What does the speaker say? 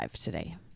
today